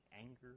anger